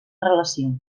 relació